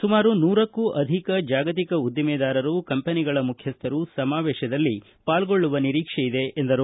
ಸುಮಾರು ನೂರಕ್ಕೂ ಅಧಿಕ ಜಾಗತಿಕ ಉದ್ದಿಮೆದಾರರು ಕಂಪನಿಗಳ ಮುಖ್ಯಸ್ಥರು ಸಮಾವೇಶದಲ್ಲಿ ಪಾಲ್ಗೊಳ್ಳುವ ನಿರೀಕ್ಷೆಯಿದೆ ಎಂದರು